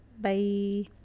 bye